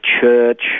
church